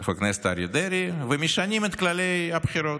חבר הכנסת אריה דרעי, ומשנים את כללי הבחירות.